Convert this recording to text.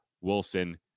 Wilson